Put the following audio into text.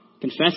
confess